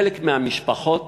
חלק מהמשפחות